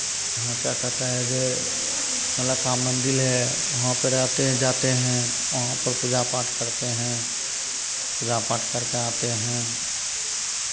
यहाँ क्या कहता है जे नौलक्खा मंदिर है वहाँ पर आते हैं जाते हैं वहाँ पर पूजा पाठ करते हैं पूजा पाठ करके आते हैं